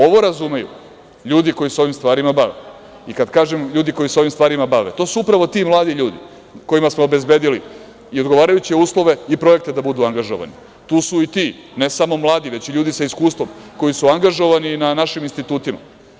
Ovo razumeju ljudi koji se ovim stvarima bave i kad kažem ljudi koji se ovim stvarima bave, to su upravo ti mladi ljudi kojima smo obezbedili i odgovarajuće uslove i projekte da budu angažovani, tu su ne samo mladi ljudi već i ljudi sa iskustvom koji su angažovani na našim institutima.